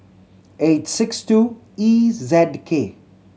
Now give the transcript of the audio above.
eight six two E Z K